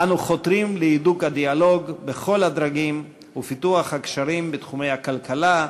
אנו חותרים להידוק הדיאלוג בכל הדרגים ולפיתוח הקשרים בתחומי הכלכלה,